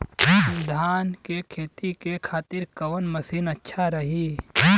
धान के खेती के खातिर कवन मशीन अच्छा रही?